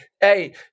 Hey